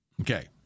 Okay